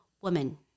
woman